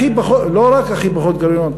לא רק הכי פחות גירעוניות,